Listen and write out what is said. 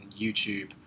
YouTube